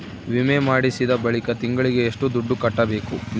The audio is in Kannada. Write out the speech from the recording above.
ವಿಮೆ ಮಾಡಿಸಿದ ಬಳಿಕ ತಿಂಗಳಿಗೆ ಎಷ್ಟು ದುಡ್ಡು ಕಟ್ಟಬೇಕು?